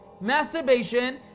masturbation